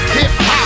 Hip-Hop